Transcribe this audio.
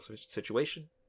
situation